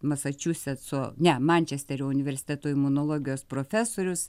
masačusetso ne mančesterio universiteto imunologijos profesorius